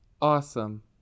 Awesome